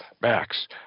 max